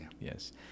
yes